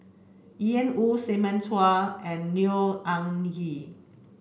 Ian Woo Simon Chua and Neo Anngee